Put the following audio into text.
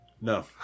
No